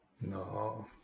No